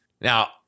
Now